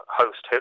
host